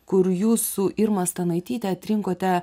kur jūsų irma stanaityte atrinkote